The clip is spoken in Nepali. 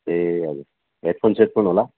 ए हजुर हेडफोनसेटफोन होला